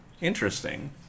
Interesting